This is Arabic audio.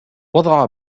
وضع